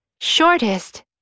shortest